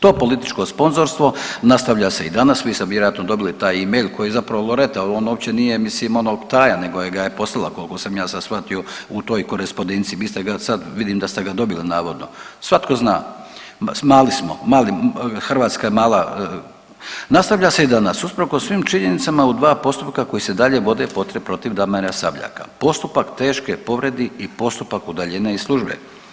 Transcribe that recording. To političko sponzorstvo nastavlja se i danas, vi ste vjerojatno dobili taj e-mail koji je zapravo Loreta jel on uopće nije mislim ono tajan nego ga je poslala koliko sam ja sad shvatio u toj korespondenciji, vi ste ga sad, vidim da ste ga dobili navodno, svatko zna, mali smo, Hrvatska je mala, nastavlja se i danas, usprkos svim činjenicama u dva postupka koji se dalje vode protiv Damira Sabljaka, postupak teške povrede i postupak udaljenja iz službe.